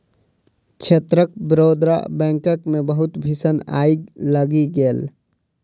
क्षेत्रक बड़ौदा बैंकक मे बहुत भीषण आइग लागि गेल